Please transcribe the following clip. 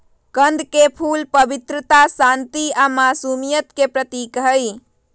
कंद के फूल पवित्रता, शांति आ मासुमियत के प्रतीक हई